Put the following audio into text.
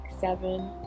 seven